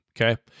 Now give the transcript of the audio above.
okay